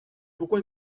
pourquoi